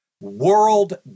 World